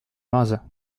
maza